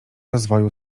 rozwoju